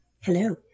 Hello